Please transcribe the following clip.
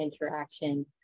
interaction